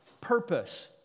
purpose